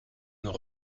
nos